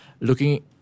looking